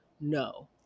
No